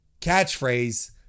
catchphrase